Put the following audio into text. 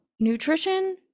nutrition